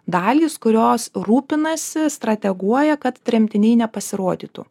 dalys kurios rūpinasi strateguoja kad tremtiniai nepasirodytų